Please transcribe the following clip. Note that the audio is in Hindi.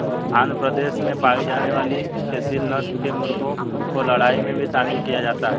आंध्र प्रदेश में पाई जाने वाली एसील नस्ल के मुर्गों को लड़ाई में भी शामिल किया जाता है